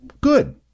Good